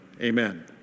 Amen